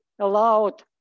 allowed